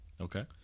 Okay